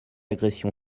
agression